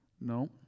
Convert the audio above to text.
No